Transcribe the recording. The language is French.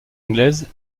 anglaise